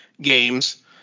games